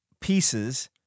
pieces